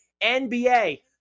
NBA